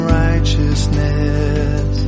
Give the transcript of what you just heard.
righteousness